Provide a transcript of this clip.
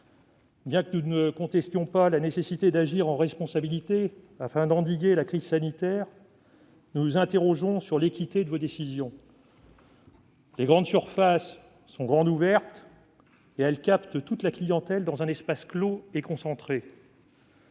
Bien que nous ne contestions pas la nécessité d'agir en responsabilité, afin d'endiguer la crise sanitaire, nous nous interrogeons sur l'équité de vos décisions. Les grandes surfaces sont grandes ouvertes, et elles captent toute la clientèle dans un espace clos et concentré.